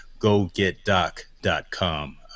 gogetdoc.com